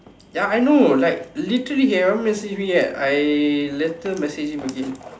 ya I know like literally he haven't message me yet I later message him again